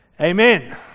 amen